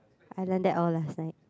I learn that all last night